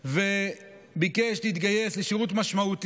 הזה הוא חוק שצריך ונכון יהיה לקרוא לו "חוק סמל ראשון אלי ולנטין